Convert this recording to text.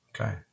Okay